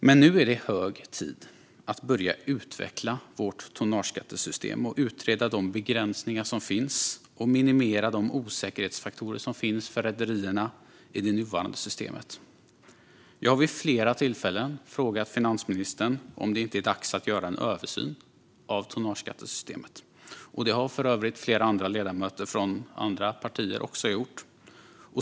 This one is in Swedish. Men nu är det hög tid att börja utveckla vårt tonnageskattesystem, utreda de begränsningar som finns och minimera de osäkerhetsfaktorer som finns för rederierna i det nuvarande systemet. Jag har vid flera tillfällen frågat finansministern om det inte är dags att göra en översyn av tonnageskattesystemet. Det har för övrigt även flera andra ledamöter från andra partier gjort.